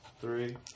three